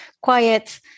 quiet